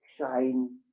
shine